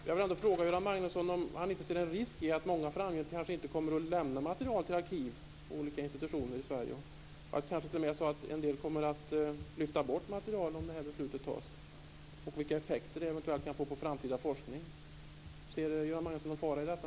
Jag vill fråga Göran Magnusson om han inte ser en risk i att många framgent inte kommer att lämna material till arkiv och olika institutioner i Sverige. Det kanske t.o.m. är så att en del kommer att lyfta bort material om detta beslut fattas. Vilka effekter kan det eventuellt få på framtida forskning? Ser Göran Magnusson en fara i detta?